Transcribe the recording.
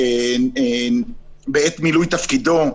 בעת מילוי תפקידו.